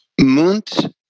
Munt